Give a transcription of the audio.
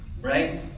Right